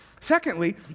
Secondly